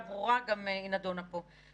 הנקודה ברורה, היא גם נדונה פה.